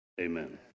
Amen